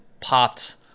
popped